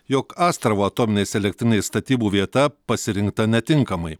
jog astravo atominės elektrinės statybų vieta pasirinkta netinkamai